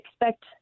expect